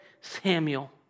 Samuel